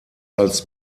als